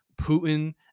Putin